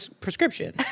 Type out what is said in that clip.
prescription